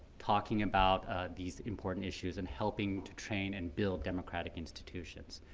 talking about these important issues and helping to train and build democratic institutions.